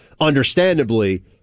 understandably